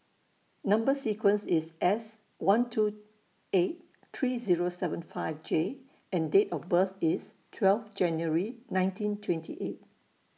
Number sequence IS S one two eight three Zero seven five J and Date of birth IS twelve January nineteen twenty eight